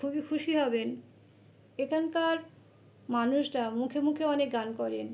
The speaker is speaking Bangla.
খুবই খুশি হবেন একানকার মানুষরা মুখে মুখে অনেক গান করেন